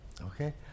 okay